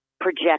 project